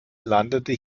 landete